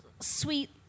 sweet